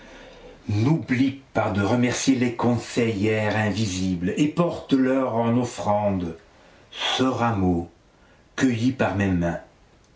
n'oublie pas de remercier les conseillères invisibles et porte leur en offrande ce rameau cueilli par mes mains